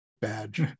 badge